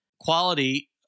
quality